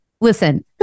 Listen